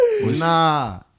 Nah